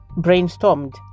brainstormed